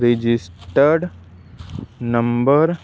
registered number